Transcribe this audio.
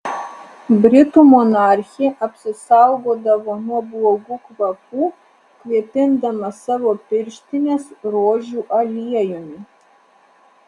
britų monarchė apsisaugodavo nuo blogų kvapų kvėpindama savo pirštines rožių aliejumi